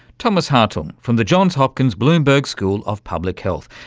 thomas hartung from the johns hopkins bloomberg school of public health.